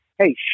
hey